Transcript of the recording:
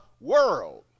world